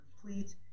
complete